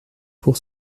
pour